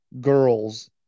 girls